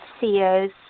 CEOs